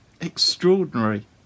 Extraordinary